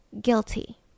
guilty